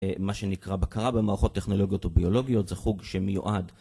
מה שנקרא בקרה במערכות טכנולוגיות וביולוגיות, זה חוג שמיועד.